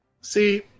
See